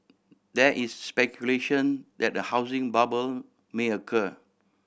there is speculation that a housing bubble may occur